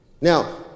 Now